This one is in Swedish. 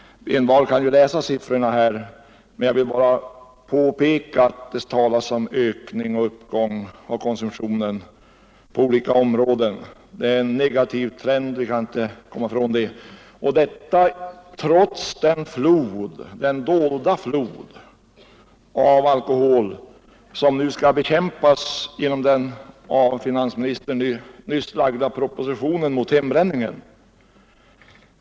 Envar kan ju läsa siffrorna. Men jag vill bara påpeka att det talas om ökning av konsumtionen på olika områden. Vi kan inte komma ifrån att det är en negativ trend, och detta bortsett från den dolda flod av alkohol som nu skall bekämpas genom den av finansministern nyss lagda propositionen mot hembränningen.